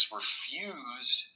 refused